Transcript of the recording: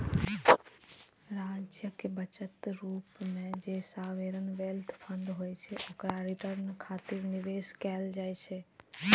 राज्यक बचत रूप मे जे सॉवरेन वेल्थ फंड होइ छै, ओकरा रिटर्न खातिर निवेश कैल जाइ छै